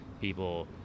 people